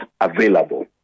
available